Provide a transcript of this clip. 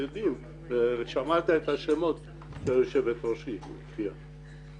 אתה שמעת את השמות שיושבת-ראש הוועדה הקRIAה.